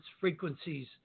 frequencies